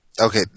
Okay